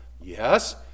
Yes